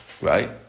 Right